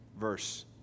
verse